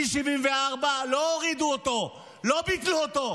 מ-74 לא הורידו אותו, לא ביטלו אותו,